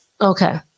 Okay